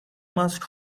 más